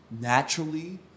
naturally